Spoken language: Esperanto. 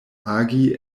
agi